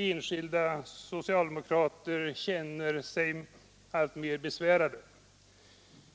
Enskilda socialdemokrater känner sig alltmer besvärade.